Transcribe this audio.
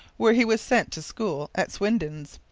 where he was sent to school at swinden's.